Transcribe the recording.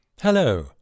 Hello